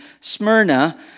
Smyrna